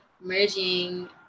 merging